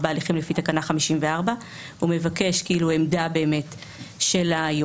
בהליכים לפי תקנה 54. הוא מבקש עמדה של היורשים,